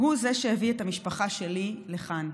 הוא זה שהביא את המשפחה שלי לכאן,